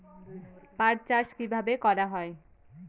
পাট চাষ কীভাবে করা হয়?